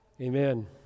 Amen